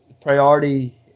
priority